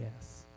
yes